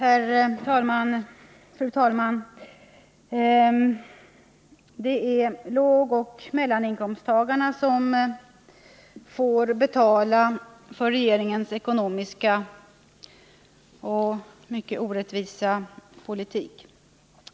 Fru talman! Det är lågoch mellaninkomsttagarna som får betala för regeringens mycket orättvisa ekonomiska politik.